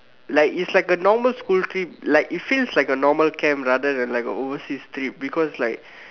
like it's like a normal school trip like it feels like a normal camp rather than like a overseas trip because like